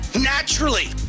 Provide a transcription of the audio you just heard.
naturally